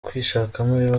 kwishakamo